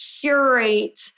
curate